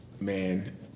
Man